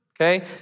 okay